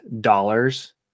dollars